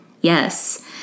Yes